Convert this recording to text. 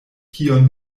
kion